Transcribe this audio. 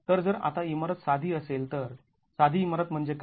तर जर आता इमारत साधी असेल तर साधी इमारत म्हणजे काय